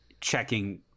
checking